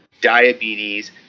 diabetes